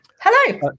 hello